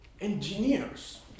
engineers